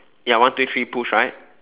ya one two three push right